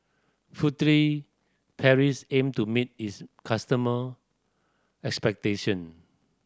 Furtere Paris aim to meet its customer expectation